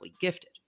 gifted